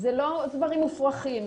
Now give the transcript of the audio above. אלה לא דברים מופרכים,